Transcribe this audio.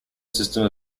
system